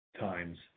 times